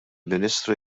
ministru